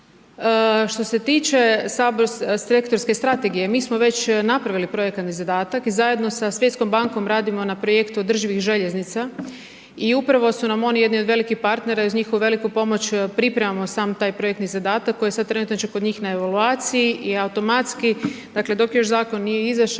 Što se tiče sektorsku strategije, mi smo već projekt i zadatak i zajedno sa Svjetskom bankom radimo na projektu održivih željeznica i upravo su nam oni jedni od velikih partnera i uz njihovu veliku pomoć pripremamo sam taj projekti zadatak koji je sad trenutačno kod njih na evaluaciji i automatski dakle dok još zakon nije izašao,